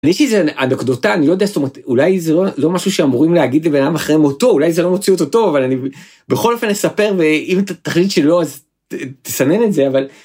יש איזו אנקדוטה אני לא יודע אולי זה לא משהו שאמורים להגיד לבן אדם אחרי מותו אולי זה לא מוציאו אותו טוב אבל אני בכל אופן אספר ואם תחליט שלא אז תסנן את זה, אבל...